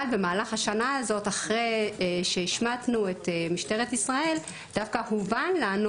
אבל במהלך השנה הזאת אחרי שהשמטנו את משטרת ישראל דווקא הובן לנו